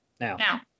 Now